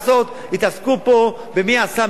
יתעסקו פה במי עשה מי לא עשה.